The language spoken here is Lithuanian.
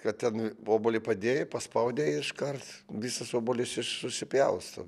kad ten obuolį padėjai paspaudei iškart visas obuolys iš susipjausto